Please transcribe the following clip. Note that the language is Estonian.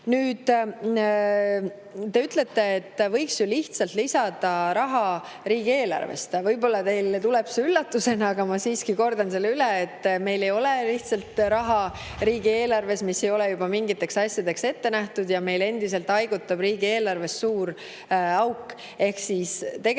Nüüd, te ütlete, et võiks ju lihtsalt lisada raha riigieelarvest. Võib-olla teile tuleb see üllatusena, aga ma siiski kordan üle, et meil lihtsalt ei ole riigieelarves raha, mis ei ole juba mingiteks asjadeks ette nähtud, ja meil endiselt haigutab riigieelarves suur auk. Tegelikult